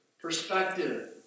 perspective